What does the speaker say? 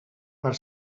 per